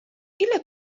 ile